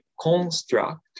construct